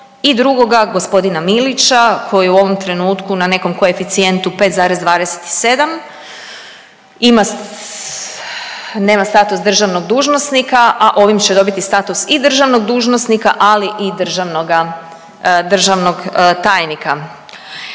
I drugoga gospodina Milića koji je u ovom trenutku na nekom koeficijentu 5,25, ima, nema status državnog dužnosnika, a ovim će dobiti status i državnog dužnosnika, ali i državnog tajnika.